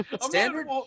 Standard